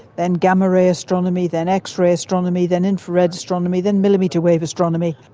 then gamma ray astronomy, then x-ray astronomy, then infrared astronomy, then millimetre wave astronomy,